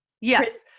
Yes